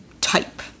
type